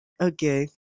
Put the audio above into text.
Okay